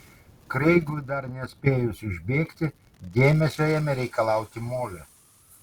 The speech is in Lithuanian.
kreigui dar nespėjus išbėgti dėmesio ėmė reikalauti molė